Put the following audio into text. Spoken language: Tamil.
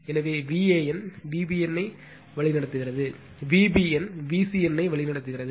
எனவே Van Vbn ஐ வழிநடத்துகிறது Vbn Vcn ஐ வழிநடத்துகிறது